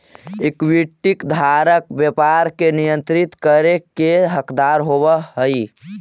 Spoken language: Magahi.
इक्विटी धारक व्यापार के नियंत्रित करे के हकदार होवऽ हइ